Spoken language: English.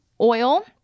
oil